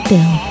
Bill